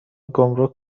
گمرک